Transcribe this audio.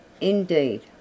Indeed